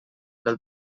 del